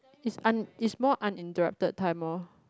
is un~ is more uninterrupted time orh